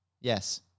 Yes